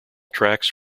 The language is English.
tracks